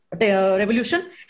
revolution